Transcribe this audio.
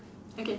okay